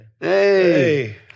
Hey